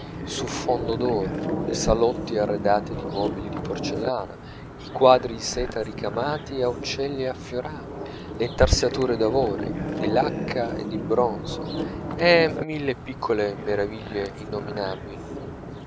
su fondo d'oro i salotti arredati di mobili di porcellana i quadri di seta ricamati a uccelli e a fiorami le intarsiature d'avorio di lacca e di bronzo e mille piccole meraviglie innominabili